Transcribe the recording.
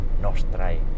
nostrae